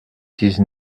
dix